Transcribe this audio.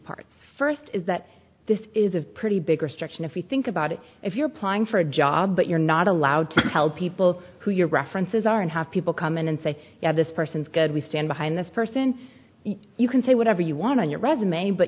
part first is that this is a pretty big restriction if you think about it if you're playing for a job but you're not allowed to tell people who your references are and have people come in and say yeah this person's good we stand behind this person you can say whatever you want on your resume but